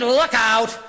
lookout